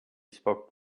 spoke